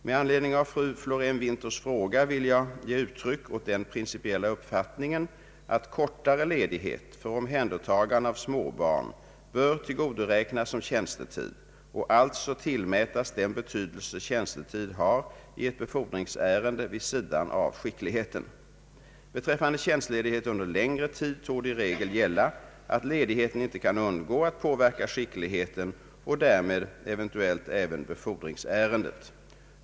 Med anledning av fru Florén-Winthers fråga vill jag ge uttryck åt den principiella uppfattningen att kortare ledighet för omhändertagande av småbarn bör tillgodoräknas som tjänstetid och alltså tillmätas den betydelse tjänstetid har i ett befordringsärende vid sidan av skickligheten. Beträffande tjänstledighet under längre tid torde i regel gälla att ledigheten inte kan undgå att påverka skickligheten och därmed eventuelit även befordringsärendet.